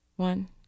One